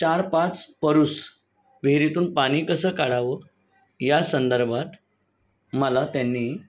चार पाच परूस विहिरीतून पाणी कसं काढावं या संदर्भात मला त्यांनी